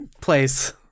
place